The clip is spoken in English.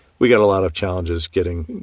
we've got a lot of challenges getting,